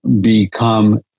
become